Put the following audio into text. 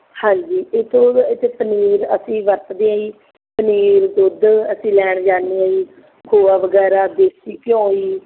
ਹਾਂਜੀ ਇੱਕ ਉਹਦੇ ਇੱਥੇ ਪਨੀਰ ਅਸੀਂ ਵਰਤਦੇ ਹਾਂ ਜੀ ਪਨੀਰ ਦੁੱਧ ਅਸੀਂ ਲੈਣ ਜਾਂਦੇ ਹਾਂ ਜੀ ਖੋਆ ਵਗੈਰਾ ਦੇਸੀ ਘਿਓ ਜੀ